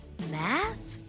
math